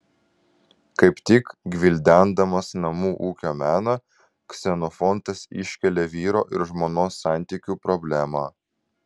kaip tik gvildendamas namų ūkio meną ksenofontas iškelia vyro ir žmonos santykių problemą